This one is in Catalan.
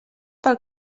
pel